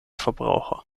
verbraucher